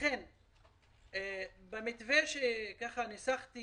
במתווה שניסחתי